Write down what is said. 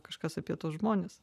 kažkas apie tuos žmones